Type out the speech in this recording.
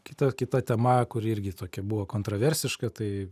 kita kita tema kuri irgi tokia buvo kontroversiška tai